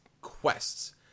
quests